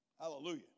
Hallelujah